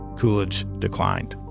coolidge declined